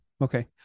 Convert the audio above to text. okay